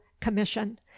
commission